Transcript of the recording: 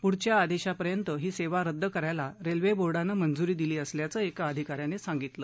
पुढच्या आदेशापर्यंत ही सेवा रद्द करायला रेल्वे बोर्डानं मंजुरी दिली असल्याचं एका अधिका यांन सांगितलं